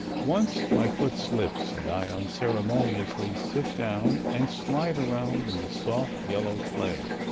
once my foot slips, and i unceremoniously sit down and slide around in the soft yellow clay,